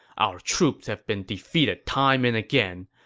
our troops have been defeated time and again.